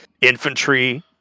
infantry